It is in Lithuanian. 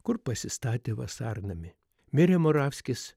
kur pasistatė vasarnamį mirė moravskis